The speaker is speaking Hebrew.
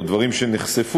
או דברים שנחשפו,